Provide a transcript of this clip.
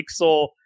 pixel